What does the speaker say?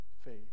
Faith